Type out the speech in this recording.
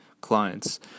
clients